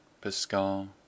pascal